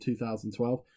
2012